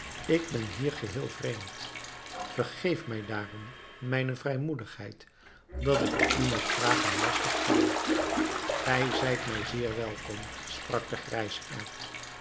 ik ben hier geheel vreemd vergeef mij daarom mijne vrijmoedigheid dat ik u met vragen lastig val gij zijt mij zeer welkom sprak de